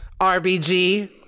RBG